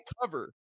cover